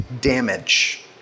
damage